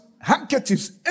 handkerchiefs